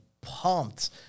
pumped